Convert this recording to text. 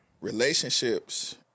relationships